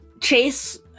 Chase